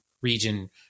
region